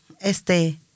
este